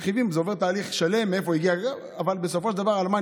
הרכיבים, זה עובר תהליך שלם, מאיפה זה הגיע.